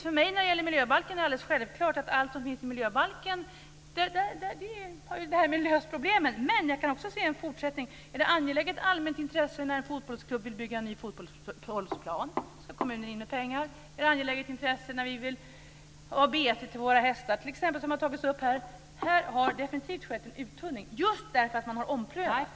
För mig är det alldeles självklart att det som finns i miljöbalken har löst problemet, men jag kan också se en fortsättning. Är det ett angeläget allmänt intresse när en fotbollsklubb vill bygga en ny fotbollsplan? Ska kommunen in med pengar? Är det ett angeläget intresse när vi vill ha bete till våra hästar, t.ex., som har tagits upp här? Här har definitivt skett en uttunning just därför att man har omprövat.